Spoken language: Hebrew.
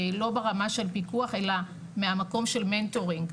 לא ברמה של פיקוח אלא מהמקום של מנטורים,